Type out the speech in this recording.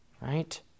right